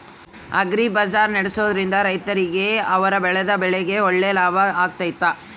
Agri bazaar ನಡೆಸ್ದೊರಿಂದ ರೈತರಿಗೆ ಅವರು ಬೆಳೆದ ಬೆಳೆಗೆ ಒಳ್ಳೆ ಲಾಭ ಆಗ್ತೈತಾ?